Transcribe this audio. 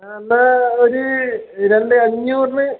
ആ എന്നാൽ ഒരു രണ്ടേ അഞ്ഞൂറിന്